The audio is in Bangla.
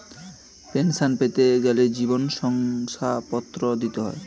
পেনশন পেতে গেলে জীবন শংসাপত্র দিতে হয়